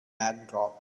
backdrop